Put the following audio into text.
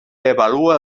avalua